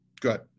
Good